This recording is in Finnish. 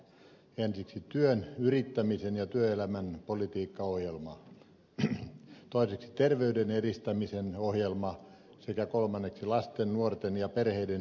ensiksi työn yrittämisen ja työelämän politiikkaohjelma toiseksi terveyden edistämisen ohjelma kolmanneksi lasten nuorten ja perheiden hyvinvoinnin ohjelma